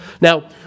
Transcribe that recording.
Now